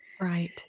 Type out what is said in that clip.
Right